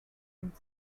and